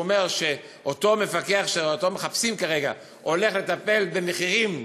שאומר שאותו מפקח שאותו מחפשים כרגע הולך לטפל במחירים